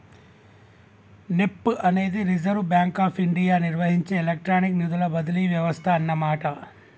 NEFT అనేది reserve bank of India నిర్వహించే electronic నిధుల బదిలీ వ్యవస్థ అన్నమాట